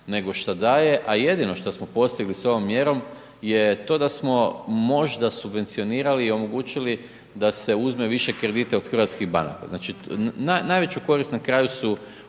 nego šta daje, a jedino što smo postigli s ovom mjerom je to da smo možda subvencionirali i omogućili da se uzme više kredita od hrvatskih banaka znači najveću korist na kraju su